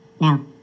Now